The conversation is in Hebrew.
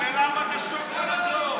למה את השוקולד לא?